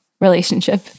relationship